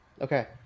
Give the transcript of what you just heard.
Okay